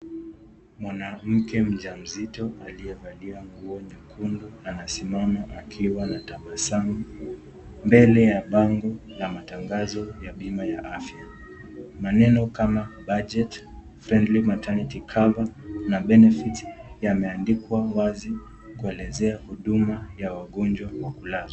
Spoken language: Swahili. Mwanamke mjamzito aliyevalia nguo nyekundu na amesimama akiwa na tabasamu, mbele ya bango la matangazo ya bima ya afya. Maneno kama budget, friendly maternity cover na benefits yameandikwa wazi kuelezea huduma ya wagonjwa wa kulazwa.